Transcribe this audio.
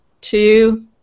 two